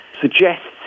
suggests